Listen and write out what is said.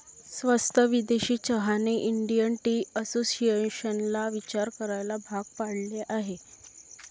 स्वस्त विदेशी चहाने इंडियन टी असोसिएशनला विचार करायला भाग पाडले आहे